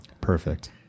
Perfect